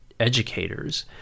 educators